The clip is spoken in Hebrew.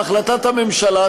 בהחלטת הממשלה,